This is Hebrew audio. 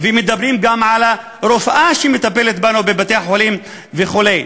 ומדברים גם על הרופאה שמטפלת בנו בבתי-החולים וכו'.